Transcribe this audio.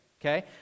okay